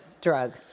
drug